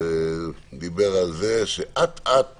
ודיבר על זה שאט-אט